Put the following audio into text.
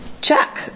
check